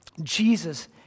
Jesus